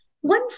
One